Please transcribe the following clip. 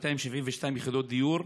272 יחידות דיור,